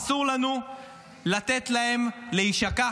אסור לנו לתת להם להישכח,